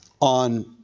on